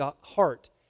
heart